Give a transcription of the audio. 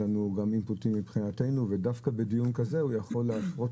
לנו גם אינפוטים מבחינתנו ודווקא בדיון כזה הוא יכול להפרות